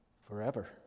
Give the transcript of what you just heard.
forever